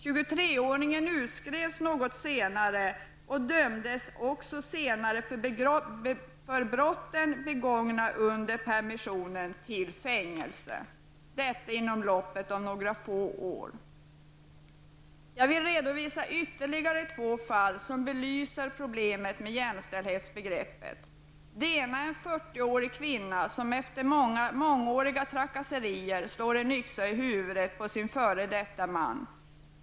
Han utskrevs något senare och dömdes efter en tid för brotten som han hade begått under permissionen till fängelse -- detta inom loppet av några få år. Jag vill redovisa ytterligare två fall som belyser problemet med jämställdhetsbegreppet. Det ena fallet rör sig om en 40-årig kvinna som efter mångåriga trakasserier slog en yxa i huvudet på sin före detta man.